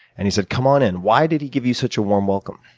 and he said come on in. why did he give you such a warm welcome?